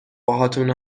باهاتون